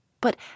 But